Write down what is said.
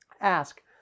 ask